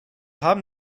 haben